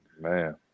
Man